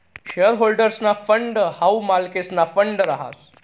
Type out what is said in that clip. share होल्डर्सना fund हाऊ मालकेसना फंड रहास